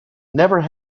never